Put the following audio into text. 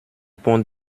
pont